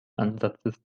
ansatzes